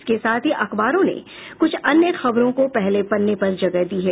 इसके साथ ही अखबारों ने कुछ अन्य खबरों को पहले पन्ने पर जगह दी है